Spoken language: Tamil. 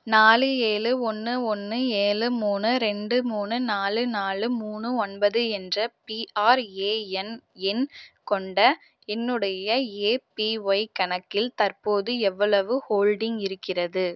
நாலு ஏழு ஒன்று ஒன்று ஏழு மூணு ரெண்டு மூணு நாலு நாலு மூணு ஒன்பது என்ற பிஆர்ஏஎன் எண் கொண்ட என்னுடைய ஏபிஒய் கணக்கில் தற்போது எவ்வளவு ஹோல்டிங் இருக்கிறது